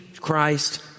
Christ